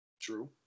True